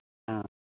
ꯑꯥꯥ